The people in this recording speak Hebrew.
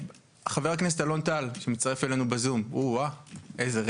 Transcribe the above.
חבר הכנסת אלון טל שמצטרף אלינו בזום, איך אתה